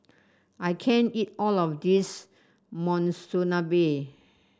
I can't eat all of this Monsunabe